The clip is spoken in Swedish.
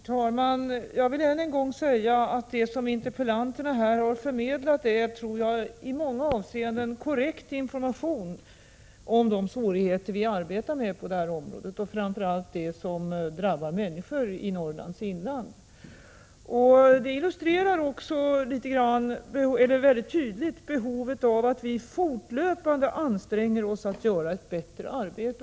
Herr talman! Jag vill än en gång säga att jag tror att interpellanterna här har förmedlat en i många avseenden korrekt information om de svårigheter vi arbetar med på det här området, och framför allt om de problem som drabbar människor i Norrlands inland. Det illustrerar också mycket tydligt behovet av att vi fortlöpande anstränger oss att göra ett bättre arbete.